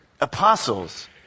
apostles